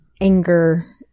anger